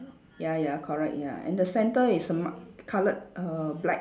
ya ya correct ya and the centre is marked colour err black